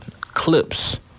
Clips